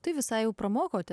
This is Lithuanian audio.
tai visai jau pramokote